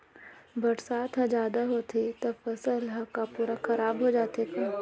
बरसात ह जादा होथे त फसल ह का पूरा खराब हो जाथे का?